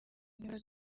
nibura